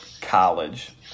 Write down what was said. college